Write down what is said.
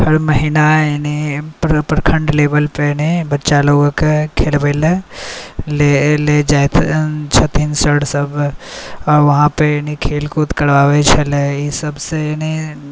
हर महिना एहने प्रखण्ड लेवलपर नहि बच्चा लोकके खेलबैलए लऽ जाइ छथिन सरसब आओर वहाँपर खेलकूद करबाबै छलै ई सबसँ ने